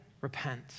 repent